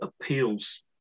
appeals